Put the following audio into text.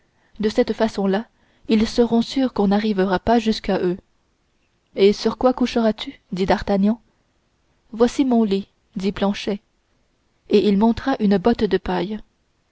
de cette façon-là ils seront sûrs qu'on n'arrivera pas jusqu'à eux et sur quoi coucheras tu dit d'artagnan voici mon lit répondit planchet et il montra une botte de paille